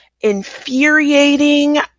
infuriating